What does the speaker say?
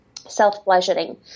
self-pleasuring